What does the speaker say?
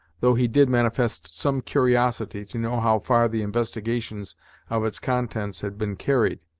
though he did manifest some curiosity to know how far the investigation of its contents had been carried.